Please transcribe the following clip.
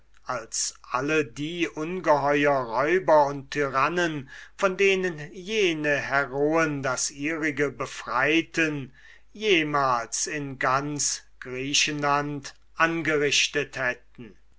als alle die ungeheuer räuber und tyrannen von denen jene heroen das ihrige befreiten jemals im ganzen griechenlande angerichtet hätten